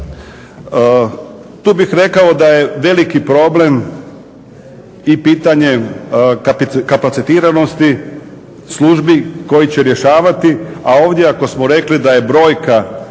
Tu bih rekao da je veliki problem i pitanje kapacitiranosti službi koji će rješavati, a ovdje ako smo rekli da je brojka